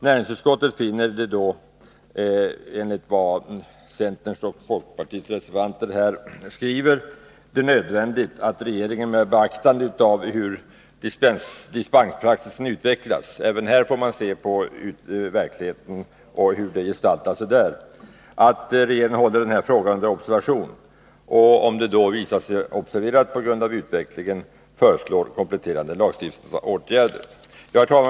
Näringsutskottet finner det önskvärt att regeringen, med beaktande av hur dispenspraxis utvecklas, håller denna fråga under observation och, om det visar sig motiverat, föreslår kompletterande lagstiftningsåtgärder.